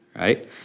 right